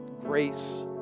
grace